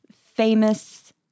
famous